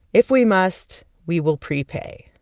if we must, we will prepay.